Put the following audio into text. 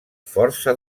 força